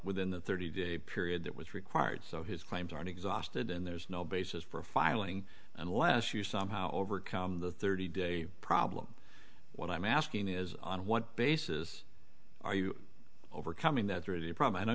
within the thirty day period that was required so his claims aren't exhausted and there's no basis for filing unless you somehow overcome the thirty day problem what i'm asking is on what basis are you overcoming that through the problem i know